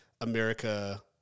America